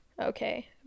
okay